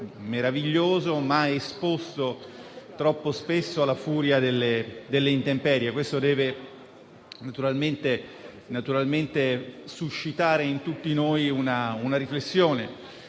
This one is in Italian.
meraviglioso, ma esposto troppo spesso alla furia delle intemperie. Questo deve naturalmente suscitare in tutti noi una riflessione: